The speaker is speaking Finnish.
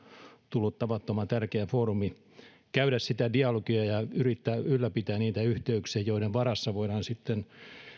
tullut tavattoman tärkeä foorumi käydä sitä dialogia ja yrittää ylläpitää niitä yhteyksiä joiden varassa voidaan sitten